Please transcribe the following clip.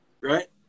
right